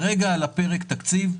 כרגע על הפרק תקציב.